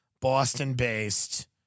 Boston-based